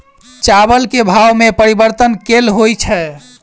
चावल केँ भाव मे परिवर्तन केल होइ छै?